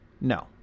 No